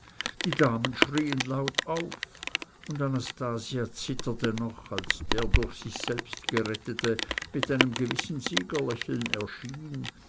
die damen schrien laut auf und anastasia zitterte noch als der durch sich selbst gerettete mit einem gewissen siegeslächeln erschien